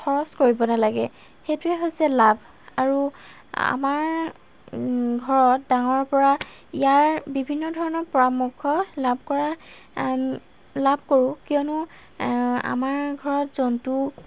খৰচ কৰিব নালাগে সেইটোৱে হৈছে লাভ আৰু আমাৰ ঘৰত ডাঙৰ পৰা ইয়াৰ বিভিন্ন ধৰণৰ পৰামৰ্শ লাভ কৰা লাভ কৰোঁ কিয়নো আমাৰ ঘৰত জন্তু